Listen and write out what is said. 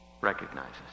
recognizes